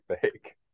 fake